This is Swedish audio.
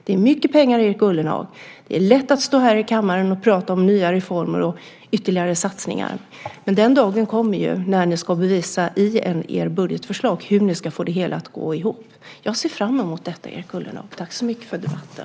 Det är mycket pengar. Det är lätt att stå här i kammaren och prata om nya reformer och ytterligare satsningar. Men den dagen kommer när ni ska bevisa i ert budgetförslag hur ni ska få det hela att gå ihop. Jag ser fram emot detta, Erik Ullenhag. Tack så mycket för debatten.